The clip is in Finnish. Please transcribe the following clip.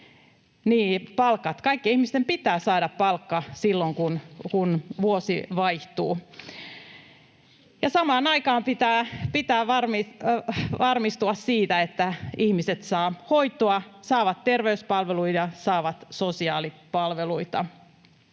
Kaikkien ihmisten pitää saada palkka silloin, kun vuosi vaihtuu. — Samaan aikaan pitää varmistua siitä, että ihmiset saavat hoitoa, saavat terveyspalveluja, saavat sosiaalipalveluita.